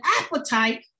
appetite